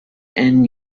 and